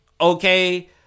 Okay